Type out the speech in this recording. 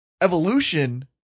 Evolution